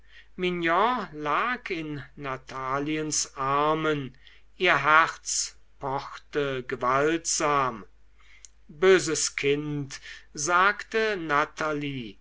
in nataliens armen ihr herz pochte gewaltsam böses kind sagte natalie